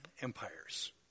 empires